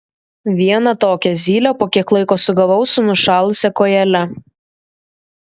vieną tokią zylę po kiek laiko sugavau su nušalusia kojele